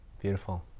beautiful